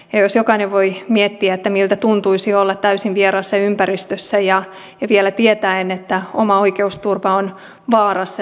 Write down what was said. ja jokainen voi miettiä miltä tuntuisi olla täysin vieraassa ympäristössä ja vielä tietäen että oma oikeusturva on vaarassa